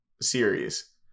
series